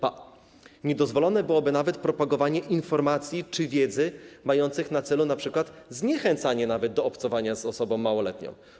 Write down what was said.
Ba, niedozwolone byłoby nawet propagowanie informacji czy wiedzy mających na celu np. zniechęcanie do obcowania z osobą małoletnią.